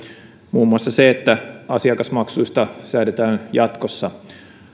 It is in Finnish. muun muassa se että asiakasmaksuista säädetään jatkossa